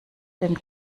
den